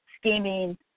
scheming